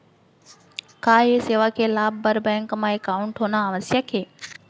का ये सेवा के लाभ बर बैंक मा एकाउंट होना आवश्यक हे